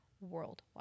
Worldwide